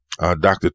Dr